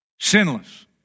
sinless